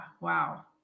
wow